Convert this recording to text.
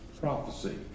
Prophecy